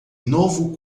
novo